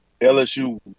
LSU